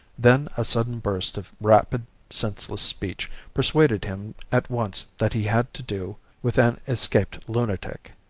then a sudden burst of rapid, senseless speech persuaded him at once that he had to do with an escaped lunatic.